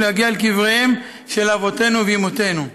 להגיע אל קבריהם של אבותינו ואמותינו.